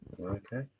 Okay